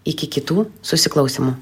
iki kitų susiklausymų